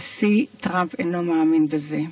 הנשיא טראמפ אינו מאמין בזה.